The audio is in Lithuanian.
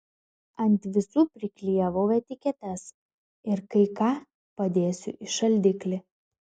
ant visų priklijavau etiketes ir kai ką padėsiu į šaldiklį